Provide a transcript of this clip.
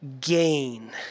Gain